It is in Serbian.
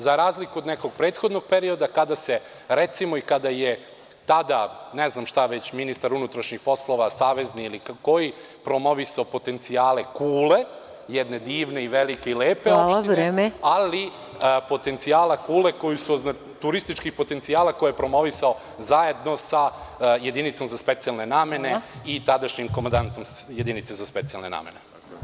Za razliku od nekog prethodnog perioda, kada je, recimo, tada ne znam šta već ministar unutrašnjih poslova savezni ili koji, promovisao potencijale Kule, jedne divne, velike i lepe opštine, ali potencijala Kule, turističkih potencijala koje je promovisao zajedno sa Jedinicom za specijalne namene i tadašnjim komandantom Jedinice za specijalne namene.